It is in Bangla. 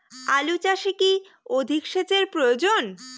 আলু চাষে কি অধিক সেচের প্রয়োজন?